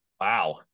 Wow